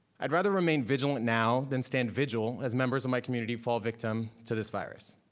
i'd rather remain vigilant now, than stand vigil, as members of my community fall victim to this virus.